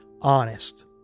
honest